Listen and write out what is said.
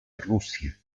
rusia